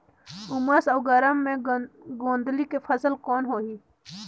उमस अउ गरम मे गोंदली के फसल कौन होही?